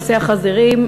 נושא החזירים,